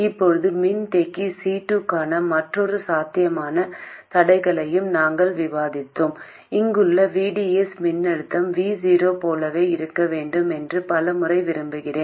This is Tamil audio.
இப்போது மின்தேக்கி C2 க்கான மற்றொரு சாத்தியமான தடையையும் நாங்கள் விவாதித்தோம் இங்குள்ள VDS மின்னழுத்தம் V0 போலவே இருக்க வேண்டும் என்று பலமுறை விரும்புகிறோம்